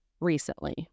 recently